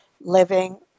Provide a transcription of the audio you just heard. living